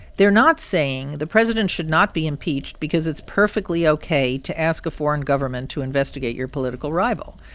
they're not saying the president should not be impeached because it's perfectly ok to ask a foreign government to investigate your political rival.